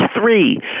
three